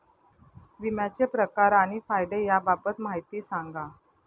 विम्याचे प्रकार आणि फायदे याबाबत माहिती सांगा